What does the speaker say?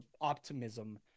optimism